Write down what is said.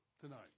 tonight